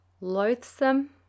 loathsome